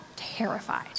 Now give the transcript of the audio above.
terrified